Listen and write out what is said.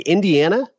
Indiana